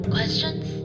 Questions